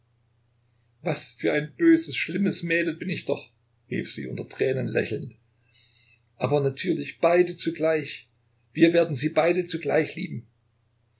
was für ein böses schlimmes mädel bin ich doch rief sie unter tränen lächelnd aber natürlich beide zugleich wir werden sie beide zugleich lieben